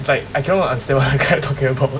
is like I cannot understand what the guy talking about